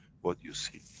what you see,